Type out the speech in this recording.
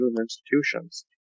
institutions